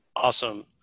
Awesome